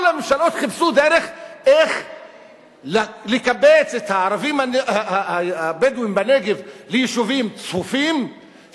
כל הממשלות חיפשו דרך איך לקבץ את הערבים הבדואים בנגב ביישובים צפופים,